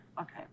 okay